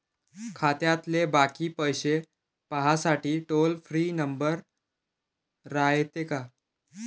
खात्यातले बाकी पैसे पाहासाठी टोल फ्री नंबर रायते का?